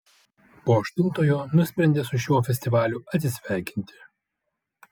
po aštuntojo nusprendė su šiuo festivaliu atsisveikinti